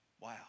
wow